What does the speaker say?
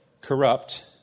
corrupt